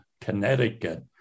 connecticut